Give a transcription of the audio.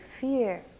fear